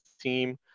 team